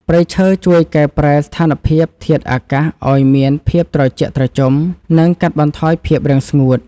ព្រៃឈើជួយកែប្រែស្ថានភាពធាតុអាកាសឱ្យមានភាពត្រជាក់ត្រជុំ និងកាត់បន្ថយភាពរាំងស្ងួត។